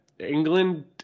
England